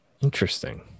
Interesting